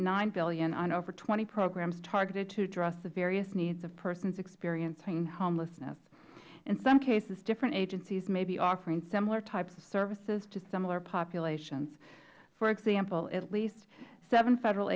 cents billion on over twenty programs targeted to address the various needs of persons experiencing homelessness in some cases different agencies may be offering similar types of services to similar populations for example at least seven federal